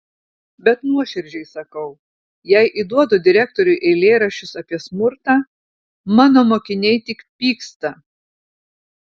bet nuoširdžiai sakau jei įduodu direktoriui eilėraščius apie smurtą mano mokiniai tik pyksta